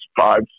five